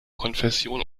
konfession